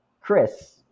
Chris